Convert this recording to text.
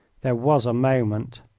there was a moment!